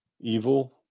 evil